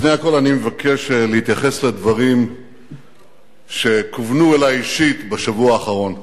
לפני הכול אני מבקש להתייחס לדברים שכוונו אלי אישית בשבוע האחרון.